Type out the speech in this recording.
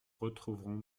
retrouverons